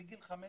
מגיל 15